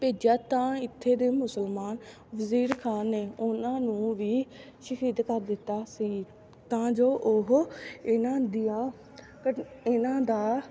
ਭੇਜਿਆ ਤਾਂ ਇੱਥੇ ਦੇ ਮੁਸਲਮਾਨ ਵਜ਼ੀਰ ਖਾਨ ਨੇ ਉਹਨਾਂ ਨੂੰ ਵੀ ਸ਼ਹੀਦ ਕਰ ਦਿੱਤਾ ਸੀ ਤਾਂ ਜੋ ਉਹ ਇਹਨਾਂ ਦੀਆਂ ਘਟ ਇਹਨਾਂ ਦਾ